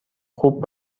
خوب